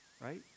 Right